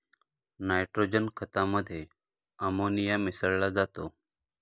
nitrogen खतामध्ये ammonia मिसळा जातो